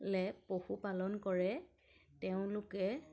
লে পশুপালন কৰে তেওঁলোকে